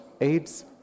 AIDS